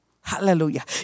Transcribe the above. hallelujah